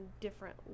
different